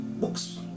Books